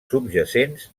subjacents